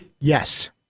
Yes